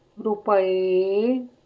ਰੁਪਏ